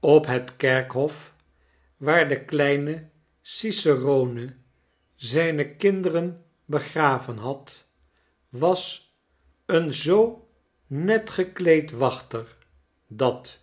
op het kerkhof waar de kleine cicerone zijne kinderen begraven had was een zoo net gekleed wachter dat